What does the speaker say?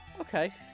Okay